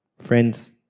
Friends